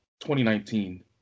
2019